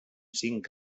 cinc